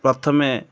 ପ୍ରଥମେ